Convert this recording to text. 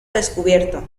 descubierto